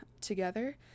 together